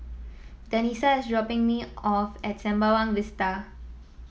Danica is dropping me off at Sembawang Vista